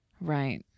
Right